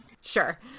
Sure